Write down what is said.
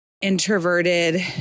introverted